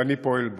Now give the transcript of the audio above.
ואני פועל בו.